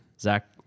Zach